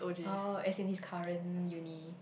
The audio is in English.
oh as in his current uni